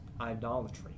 idolatry